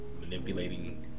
manipulating